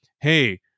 hey